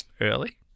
Early